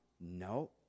No